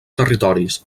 territoris